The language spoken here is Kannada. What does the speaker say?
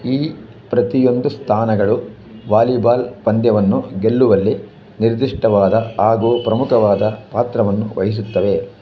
ಈ ಪ್ರತಿಯೊಂದು ಸ್ಥಾನಗಳು ವಾಲಿಬಾಲ್ ಪಂದ್ಯವನ್ನು ಗೆಲ್ಲುವಲ್ಲಿ ನಿರ್ದಿಷ್ಟವಾದ ಆಗು ಪ್ರಮುಖವಾದ ಪಾತ್ರವನ್ನು ವಹಿಸುತ್ತವೆ